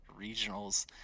regionals